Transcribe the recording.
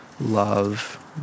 love